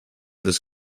this